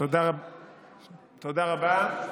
תודה רבה.